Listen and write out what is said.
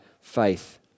faith